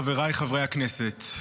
חבריי חברי הכנסת,